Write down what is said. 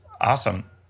Awesome